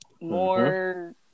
more